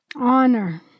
honor